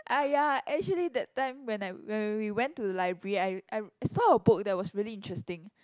!aiya! actually that time when I when we went to library I I saw a book that was really interesting